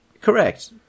Correct